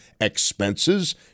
expenses